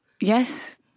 Yes